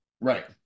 right